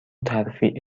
ترفیع